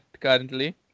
currently